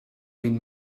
vint